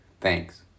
Thanks